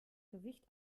gewicht